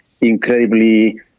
incredibly